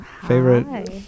favorite